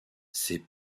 ces